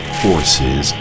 forces